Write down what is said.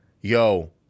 yo